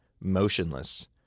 motionless